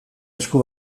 esku